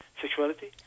sexuality